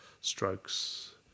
strokes